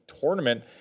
tournament